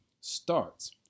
starts